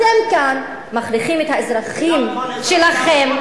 ואתם כאן מכריחים את האזרחים שלכם,